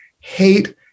Hate